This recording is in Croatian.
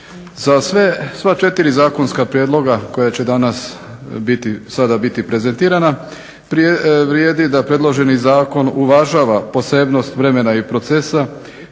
Za sva 4 zakonska prijedloga koja će sada biti prezentirana vrijedi da predloženi zakon uvažava posebnost vremena i procesa